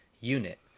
Unit